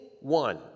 one